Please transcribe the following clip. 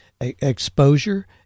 exposure